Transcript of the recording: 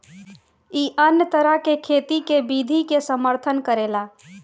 इ अन्य तरह के खेती के विधि के समर्थन करेला